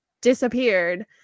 disappeared